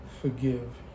forgive